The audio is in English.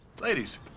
Ladies